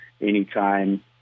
anytime